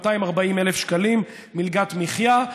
240,000 שקלים מלגת מחיה,